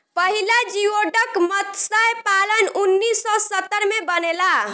पहिला जियोडक मतस्य पालन उन्नीस सौ सत्तर में बनल